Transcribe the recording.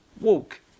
walk